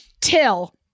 Till